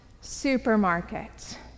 supermarket